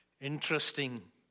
Interesting